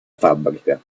fabbrica